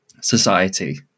society